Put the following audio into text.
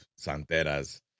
Santeras